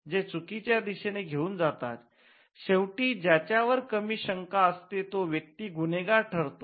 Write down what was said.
जे चुकीच्या दिशेने घेऊन जातात शेवटी ज्याच्या वर कमी शंका असते तो व्यक्ती गुन्हेगार ठरतो